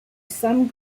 some